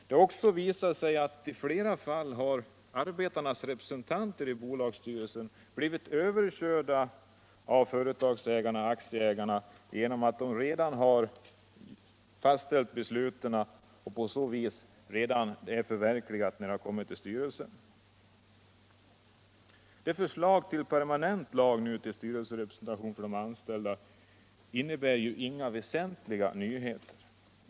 Det har också visat sig att arbetarnas representanter i bolagsstyrelsen i flera fall har blivit överkörda av företagsägarna och aktieägarna genom att dessa redan har fastställt besluten och besluten på så vis redan varit förverkligade när ärendet kommit upp i styrelsen. Förslaget till permanent lag om styrelserepresentation för de anställda innebär inga väsentliga nyheter.